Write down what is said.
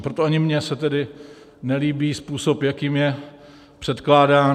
Proto ani mně se nelíbí způsob, jakým je předkládán.